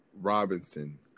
Robinson